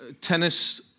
tennis